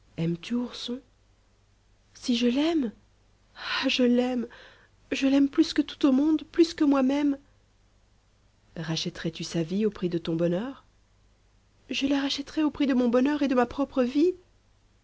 si je l'aime ah je l'aime je l'aime plus que tout au monde plus que moi-même rachèterais tu sa vie au prix de ton bonheur je la rachèterais au prix de mon bonheur et de ma propre vie